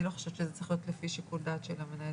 אני לא חושבת שזה צריך להיות לפי שיקול דעת של המנהל,